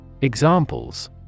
Examples